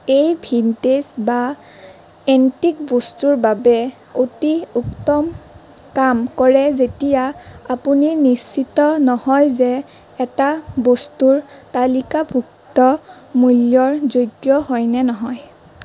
এই ভিনটেজ বা এন্টিক বস্তুৰ বাবে অতি উত্তম কাম কৰে যেতিয়া আপুনি নিশ্চিত নহয় যে এটা বস্তুৰ তালিকাভুক্ত মূল্যৰ যোগ্য হয় নে নহয়